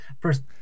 first